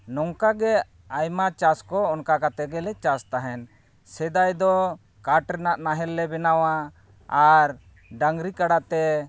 ᱱᱚᱝᱠᱟ ᱜᱮ ᱟᱭᱢᱟ ᱪᱟᱥ ᱠᱚ ᱚᱱᱠᱟ ᱠᱟᱛᱮᱫ ᱜᱮᱞᱮ ᱪᱟᱥ ᱛᱟᱦᱮᱸᱫ ᱥᱮᱫᱟᱭ ᱫᱚ ᱠᱟᱴ ᱨᱮᱱᱟᱜ ᱱᱟᱦᱮᱞ ᱞᱮ ᱵᱮᱱᱟᱣᱟ ᱟᱨ ᱰᱟᱝᱨᱤ ᱠᱟᱰᱟᱛᱮ